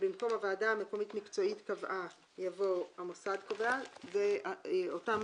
במקום "הועדה המקומית המקצועית קבעה" יבוא "המוסד קבע"; אותן